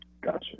gotcha